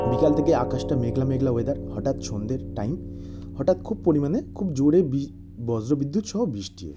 বিকাল থেকে আকাশটা মেঘলা মেঘলা ওয়েদার হটাৎ সন্ধের টাইম হটাৎ খুব পরিমাণে খুব জোরে বি বজ্র বিদ্যুৎসহ বৃষ্টি এলো